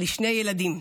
לשני ילדים,